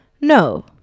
No